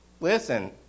Listen